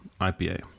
IPA